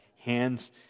hands